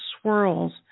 swirls